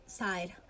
side